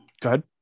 good